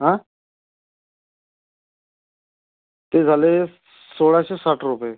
हा ते झाले सोळाशे साठ रुपये